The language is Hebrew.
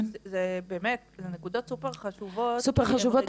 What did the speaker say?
אלה באמת נקודות סופר חשובות --- סופר חשובות,